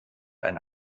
eine